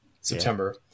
September